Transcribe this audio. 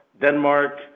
Denmark